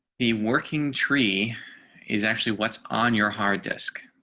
the working tree is actually what's on your heart desk.